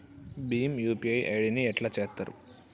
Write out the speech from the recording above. Bhim UPI ID ని ఎట్లా చేత్తరు?